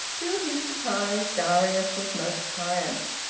to his surprise darius was most pliant.